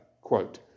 quote